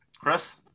Chris